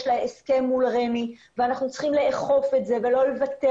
יש לה הסכם מול רמ"י ואנחנו צריכים לאכוף את זה ולא לוותר